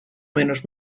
menos